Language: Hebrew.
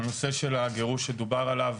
בנושא של הגירוש שדובר אליו,